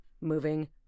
moving